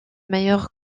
meilleur